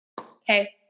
Okay